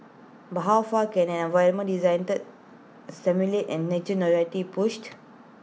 but how far can an environment designed to stimulate and nurture be pushed